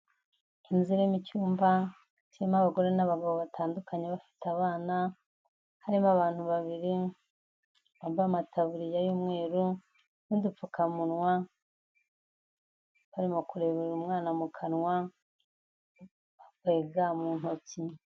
Inzu irimo icyumba kirimo abagore n'abagabo batandukanye bafite abana, harimo abantu babiri, bambaye amataburiya y'umweru n'udupfukamunwa, barimo kurebera umwana mu kanwa, bambaye ga mu ntoki.